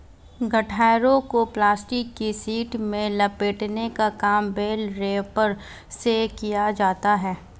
गट्ठरों को प्लास्टिक की शीट में लपेटने का काम बेल रैपर से किया जाता है